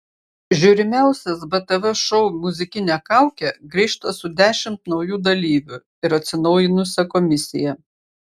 žiūrimiausias btv šou muzikinė kaukė grįžta su dešimt naujų dalyvių ir atsinaujinusia komisija